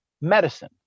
medicine